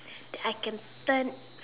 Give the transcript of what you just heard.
that I can turn